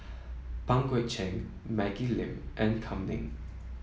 Pang Guek Cheng Maggie Lim and Kam Ning